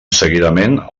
seguidament